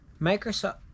Microsoft